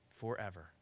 forever